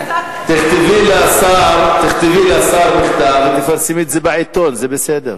תכתבי מכתב לשר ותפרסמי את זה בעיתון, זה בסדר.